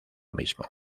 mismo